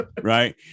right